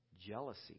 jealousy